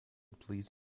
please